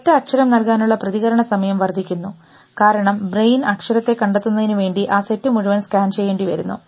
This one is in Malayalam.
ഒരൊറ്റ അക്ഷരം നൽകാനുള്ള പ്രതികരണ സമയം വർദ്ധിക്കുന്നു കാരണം ബ്രെയിൻ അക്ഷരത്തെ കണ്ടെത്തുന്നതിനു വേണ്ടി ആ സെറ്റ് മുഴുവൻ സ്കാൻ ചെയ്യേണ്ടിവരുന്നു